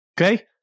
Okay